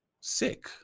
sick